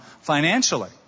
financially